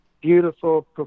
beautiful